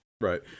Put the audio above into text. right